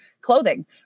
clothing